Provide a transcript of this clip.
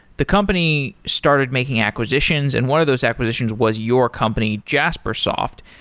the company started making acquisitions and one of those acquisitions was your company jaspersoft.